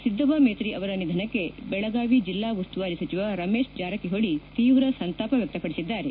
ಸಿದ್ದವ್ವ ಮೇತ್ರಿ ಅವರ ನಿಧನಕ್ಕೆ ಬೆಳಗಾವಿ ಜಿಲ್ಲಾಉಸ್ತುವಾರಿ ಸಚಿವ ರಮೇಶ್ ಜಾರಕಿಹೊಳಿ ತೀವ್ರ ಸಂತಾಪ ವ್ಯಕ್ತಪಡಿಸಿದ್ದಾರೆ